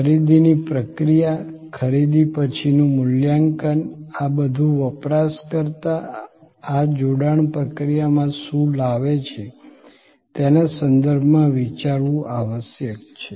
ખરીદીની પ્રક્રિયા ખરીદી પછીનું મૂલ્યાંકન આ બધું વપરાશકર્તા આ જોડાણ પ્રક્રિયામાં શું લાવે છે તેના સંદર્ભમાં વિચારવું આવશ્યક છે